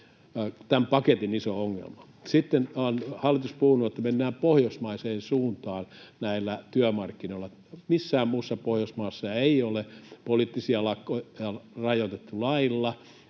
tämän paketin iso ongelma. Sitten hallitus on puhunut, että mennään pohjoismaiseen suuntaan näillä työmarkkinoilla, mutta missään muussa Pohjoismaassa ei ole poliittisia lakkoja rajoitettu lailla,